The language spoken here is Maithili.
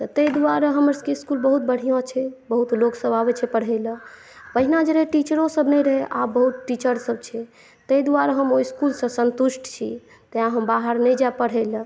तैं दुआरे हमरसभके स्कूल बहुत बढ़िआँ छै बहुत लोकसभ आबै छै पढ़य लए पहिने जे रहै टीचरोंसभ नहि रहय आब बहुत टीचरसभ छै तैं दुआरे हम ओहि इसकुलसॅं संतुष्ट छी तैं हम बाहर नहि जायब पढ़य लए